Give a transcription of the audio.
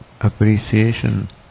appreciation